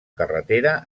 carretera